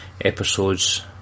episodes